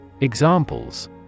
Examples